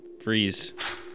Freeze